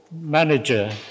manager